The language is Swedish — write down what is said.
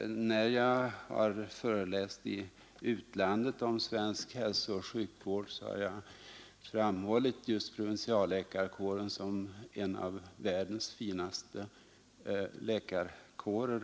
När jag har föreläst i utlandet om svensk hälsooch sjukvård har jag framhållit just den svenska provinsialläkarkåren som en av världens finaste läkarkårer.